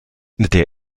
der